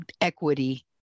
equity